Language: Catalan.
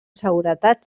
seguretat